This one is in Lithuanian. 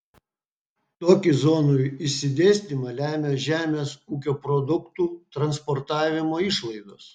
tokį zonų išsidėstymą lemia žemės ūkio produktų transportavimo išlaidos